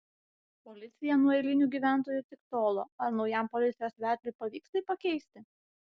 policija nuo eilinių gyventojų tik tolo ar naujam policijos vedliui pavyks tai pakeisti